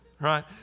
Right